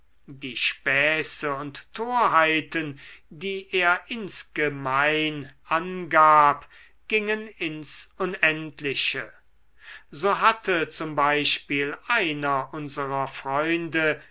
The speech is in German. die späße und torheiten die er insgemein angab gingen ins unendliche so hatte z b einer unserer freunde